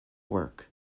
work